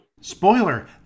Spoiler